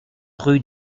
rue